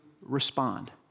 respond